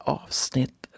avsnitt